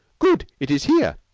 good. it is here.